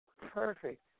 Perfect